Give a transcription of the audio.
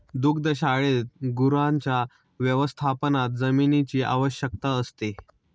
दुग्धशाळेत गुरांच्या व्यवस्थापनात जमिनीची आवश्यकता असते